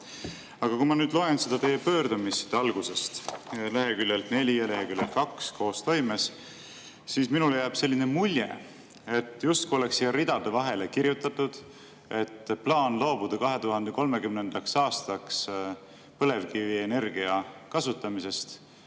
Aga kui ma loen teie pöördumist alguses, leheküljel 4 ja leheküljel 2 koostoimes, siis minule jääb selline mulje, justkui oleks siia ridade vahele kirjutatud, et plaan loobuda põlevkivienergia kasutamisest